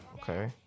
Okay